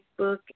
Facebook